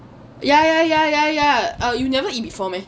ya ya ya ya ya you never eat before meh